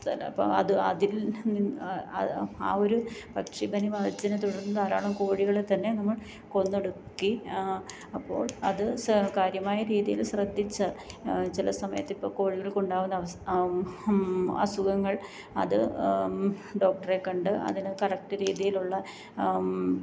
ചിലപ്പം അത് അതില് നിന് ആ ഒരു പക്ഷിപ്പനി ബാധിച്ചതിനെത്തുടര്ന്ന് ധാരാളം കോഴികളെത്തന്നെ നമ്മള് കൊന്നൊടുക്കി അപ്പോള് അത് കാര്യമായ രീതിയിൽ ശ്രദ്ധിച്ചാൽ ചില സമയത്തിപ്പം കോഴികള്ക്കുണ്ടാവുന്ന അസുഖങ്ങള് അത് ഡോക്ടറെ കണ്ട് അതിന് കറക്റ്റ് രീതിയിലുള്ള